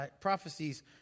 prophecies